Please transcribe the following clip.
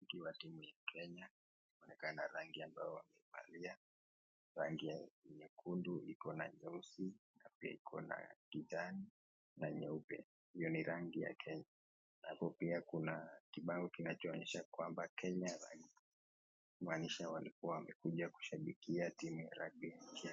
Hii ikiwa timu ya Kenya. Inaonekana rangi ambayo wamevalia. Rangi ya nyekundu iko na nyeusi na pia iko na kijani na nyeupe. Hiyo ni rangi ya Kenya. Halafu pia kuna kibao kinachoonyesha kwamba Kenya rugby. Kumaanisha walikuwa wamekuja kushabikia timu ya rugby .